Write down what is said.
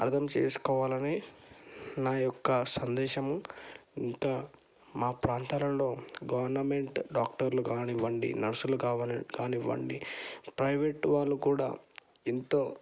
అర్థం చేసుకోవాలని నా యొక్క సందేశము ఇంత మా ప్రాంతాలలో గవర్నమెంట్ డాక్టర్లు కానివ్వండి నర్సులు కావాలని కానివ్వండి ప్రైవేట్ వాళ్ళు కూడా ఎంతో